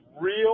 real